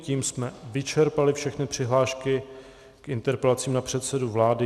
Tím jsme vyčerpali všechny přihlášky k interpelacím na předsedu vlády.